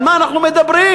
על מה אנחנו מדברים?